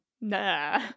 Nah